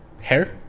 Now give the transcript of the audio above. hair